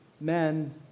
men